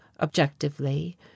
objectively